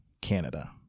Canada